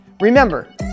Remember